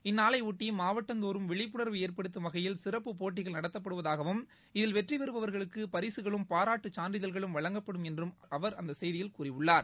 இந்நாளையொட்டி மாவட்டந்தோறும் விழிப்புணர்வை ஏற்படுத்தும் வகையில் சிறப்புப் போட்டிகள் நடத்தப்படுவதாகவும் இதில் வெற்றி பெறுபவா்களுக்கு பரிககளும் பாராட்டுச் சான்றிதழ்களும் வழங்கப்படும் என்று அவர் அந்த செய்தியில் கூறியுள்ளார்